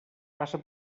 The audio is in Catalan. passa